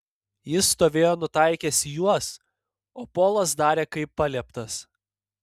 jis stovėjo nutaikęs į juos o polas darė kaip palieptas